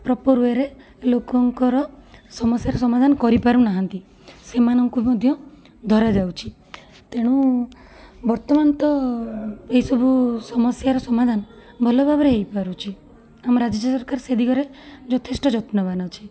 proper ୱେରେ ଲୋକଙ୍କର ସମସ୍ୟାର ସମାଧାନ କରିପାରୁନାହାଁନ୍ତି ସେମାନଙ୍କୁ ମଧ୍ୟ ଧରାଯାଉଛି ତେଣୁ ବର୍ତ୍ତମାନ ତ ଏଇସବୁ ସମସ୍ୟାର ସମାଧାନ ଭଲ ଭାବରେ ହେଇପାରୁଛି ଆମ ରାଜ୍ୟ ସରକାର ସେ ଦିଗରେ ଯଥେଷ୍ଟ ଯତ୍ନବାନ ଅଛି